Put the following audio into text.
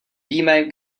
víme